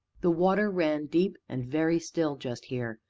the water ran deep and very still, just here,